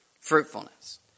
fruitfulness